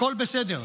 הכול בסדר.